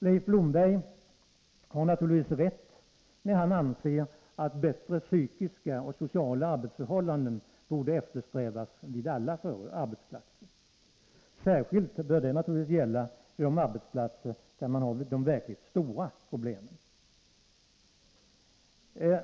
Leif Blomberg har naturligtvis rätt när han anser att bättre psykiska och sociala arbetsförhållanden borde eftersträvas vid alla arbetsplatser. Särskilt bör det naturligtvis gälla vid de arbetsplatser där man har de verkligt stora problemen.